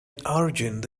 origin